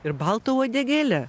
ir balta uodegėle